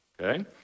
Okay